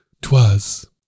Twas